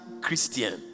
Christian